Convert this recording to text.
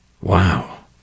Wow